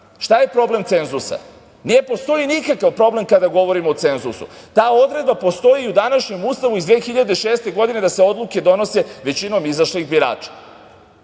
SNS.Šta je problem cenzusa? Ne postoji nikakav problem kada govorimo o cenzusu. Ta odredba postoji u današnjem Ustavu iz 2006. godine, da se odluke donose većinom izašli birača. Ali,